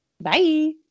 Bye